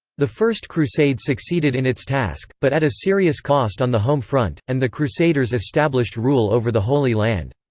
the first crusade succeeded in its task, but at a serious cost on the home front, and the crusaders established rule over the holy land.